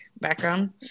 background